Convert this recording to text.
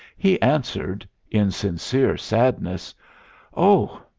he answered in sincere sadness oh,